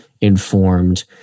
informed